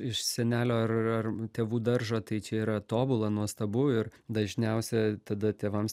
iš senelio ar ar tėvų daržo tai čia yra tobula nuostabu ir dažniausia tada tėvams